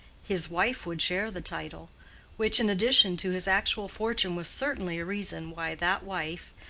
his wife would share the title which in addition to his actual fortune was certainly a reason why that wife,